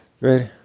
Ready